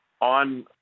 on